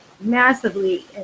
massively